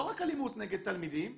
לא רק אלימות נגד תלמידים,